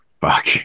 fuck